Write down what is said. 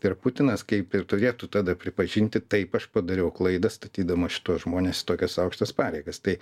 ir putinas kaip ir turėtų tada pripažinti taip aš padariau klaidą statydamas šituos žmones į tokias aukštas pareigas tai